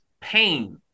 pain